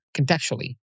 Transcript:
contextually